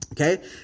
okay